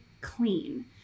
clean